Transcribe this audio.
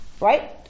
Right